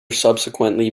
subsequently